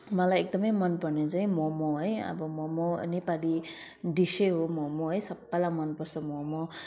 मलाई एकदमै मनपर्ने चाहिँ मोमो है अब मोमो नेपाली डिसै हो मोमो सबैलाई मनपर्छ मोमो